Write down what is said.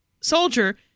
soldier